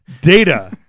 Data